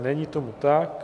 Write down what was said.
Není tomu tak.